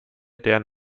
deren